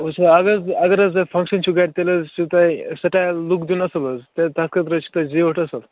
وُچھو اَگر اَگر حظ تۄہہِ فنگشن چھُ گَرِ تیٚلہِ حظ چھُو تۄہہِ سِٹایِل لُک دیُن اَصٕل حظ تہٕ تَتھ خٲطرٕ چھُ تیٚلہِ زیوٗٹھ اَصٕل